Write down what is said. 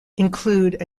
include